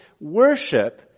worship